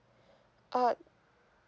odd